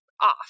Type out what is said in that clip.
off